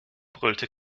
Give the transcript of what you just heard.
brüllte